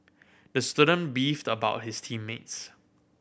the student beefed about his team mates